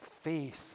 faith